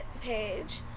page